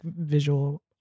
visual